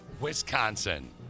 Wisconsin